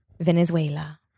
Venezuela